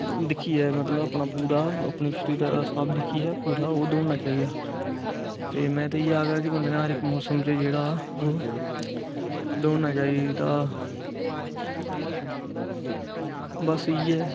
दिक्खियै मतलब अपना पूरा अपने शरीरा दा स्हाब दिक्खिये ओह् दौड़ना चाहिदा ते में ते इ'यै आखगा कि बंदे ने हर इक मौसम च जेह्ड़ा ओह् दौड़ना चाहिदा बस इ'यै